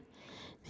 what